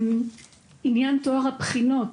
עניין טוהר הבחינות,